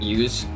use